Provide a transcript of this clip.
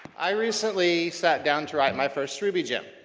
i recently sat down to write my first ruby gem,